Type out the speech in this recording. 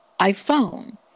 iPhone